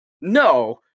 No